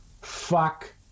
fuck